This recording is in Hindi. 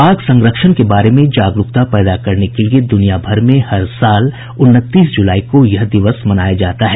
बाघ संरक्षण के बारे में जागरूकता पैदा करने के लिए दुनिया भर में हर साल उनतीस जुलाई को यह दिवस मनाया जाता है